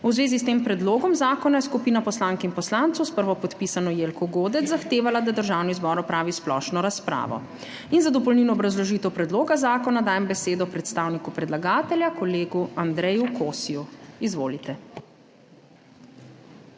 V zvezi s tem predlogom zakona je skupina poslank in poslancev s prvopodpisano Jelko Godec zahtevala, da Državni zbor opravi splošno razpravo in za dopolnilno obrazložitev predloga zakona dajem besedo predstavniku predlagatelja, kolegu Andreju Kosiju. Izvolite.